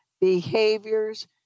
behaviors